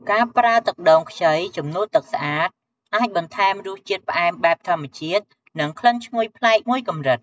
ការប្រើទឹកដូងខ្ចីជំនួសទឹកស្អាត អាចបន្ថែមរសជាតិផ្អែមបែបធម្មជាតិ និងក្លិនឈ្ងុយប្លែកមួយកម្រិត។